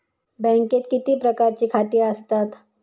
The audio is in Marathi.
बँकेत किती प्रकारची खाती आसतात?